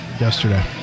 yesterday